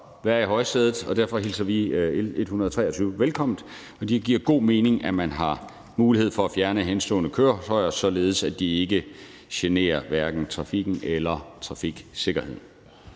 være i højsædet, og derfor hilser vi L 123 velkommen, for det giver god mening, at man har mulighed for at fjerne henstående køretøjer, så de hverken generer trafikken eller trafiksikkerheden.